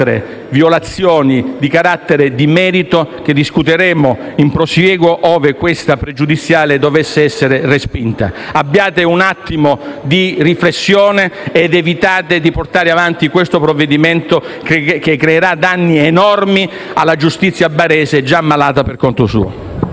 violazioni di carattere di merito che ci sono e delle quali discuteremo in prosieguo ove questa pregiudiziale dovesse essere respinta. Abbiate un attimo di riflessione ed evitate di portare avanti questo provvedimento, che creerà danni enormi alla giustizia barese già malata per conto suo.